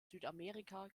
südamerika